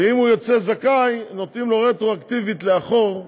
ואם הוא יוצא זכאי נותנים לו רטרואקטיבית, לאחור,